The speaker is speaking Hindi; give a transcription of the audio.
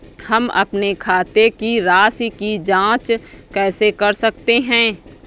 हम अपने खाते की राशि की जाँच कैसे कर सकते हैं?